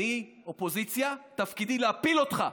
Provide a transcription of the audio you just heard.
אני אופוזיציה, תפקידי להפיל אותך.